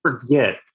forget